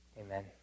Amen